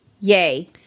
yay